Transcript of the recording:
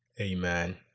Amen